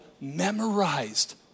memorized